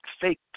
fake